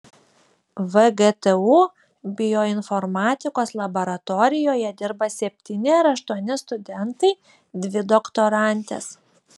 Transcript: vgtu bioinformatikos laboratorijoje dirba septyni ar aštuoni studentai dvi doktorantės